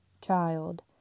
child